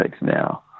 now